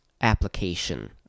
application